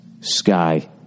sky